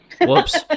Whoops